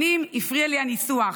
שנים הפריע לי הניסוח,